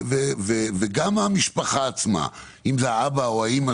אם מדובר בבעלה של האימא